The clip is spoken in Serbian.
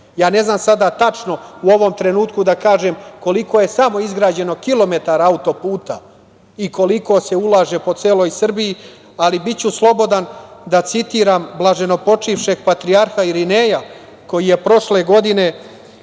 Ne znam sada tačno u ovom trenutku da kažem koliko je samo izgrađeno kilometara auto-puta i koliko se ulaže po celoj Srbiji. Biću slobodan da citiram blaženopočivšeg patrijarha Irineja koji je prošle godine,